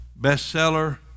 bestseller